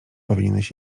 powinieneś